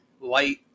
light